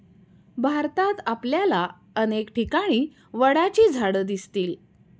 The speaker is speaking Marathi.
भारतात आपल्याला अनेक ठिकाणी वडाची झाडं दिसतील